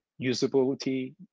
usability